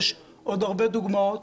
ויש עוד הרבה דוגמאות.